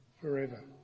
forever